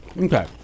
okay